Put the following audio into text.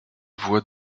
voies